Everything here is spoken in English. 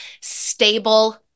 stable